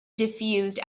diffuse